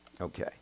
Okay